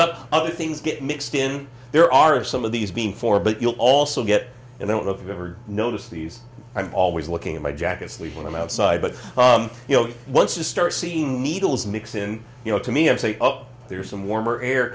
up other things get mixed in there are of some of these before but you'll also get and i don't know if you've ever noticed these i'm always looking at my jacket sleep when i'm outside but you know once you start seeing needles mix in you know to me i say up there some warmer air